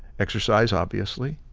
exercise obviously,